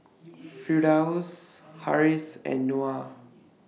Firdaus Harris and Noah